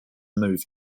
move